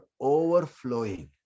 overflowing